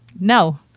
no